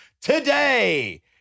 today